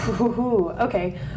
okay